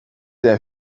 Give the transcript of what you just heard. der